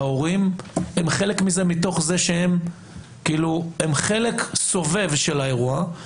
ההורים הם חלק מזה מתוך זה שהם חלק סובב של האירוע,